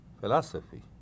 philosophy